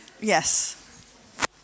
yes